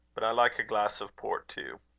but i like a glass of port too.